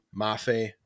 Mafe